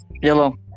Yellow